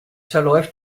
verläuft